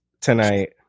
tonight